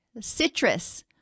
Citrus